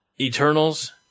Eternals